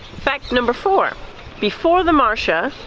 fact number four before the marcha,